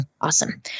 Awesome